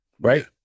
Right